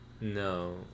no